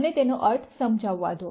મને તેનો અર્થ સમજાવવા દો